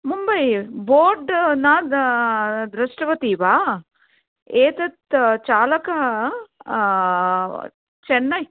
Mumbai board न दृष्टवती वा एतत् चालकः चेन्नै